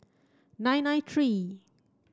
nine nine three